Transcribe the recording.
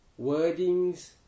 wordings